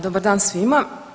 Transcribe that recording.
Dobar dan svima.